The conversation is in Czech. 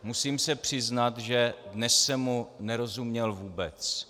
Musím se přiznat, že dnes jsem mu nerozuměl vůbec.